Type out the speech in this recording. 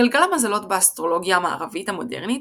גלגל המזלות באסטרולוגיה המערבית המודרנית